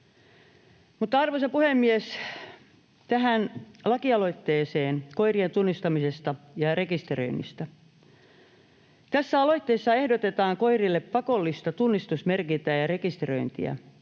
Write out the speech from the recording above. Arvoisa puhemies! Tähän lakialoitteeseen koirien tunnistamisesta ja rekisteröinnistä: Tässä aloitteessa ehdotetaan koirille pakollista tunnistusmerkintää ja rekisteröintiä.